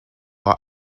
law